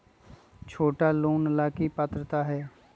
छोटा लोन ला की पात्रता है?